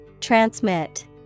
Transmit